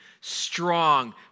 strong